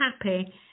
happy